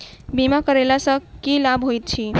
बीमा करैला सअ की लाभ होइत छी?